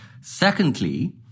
Secondly